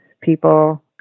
people